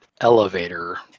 elevator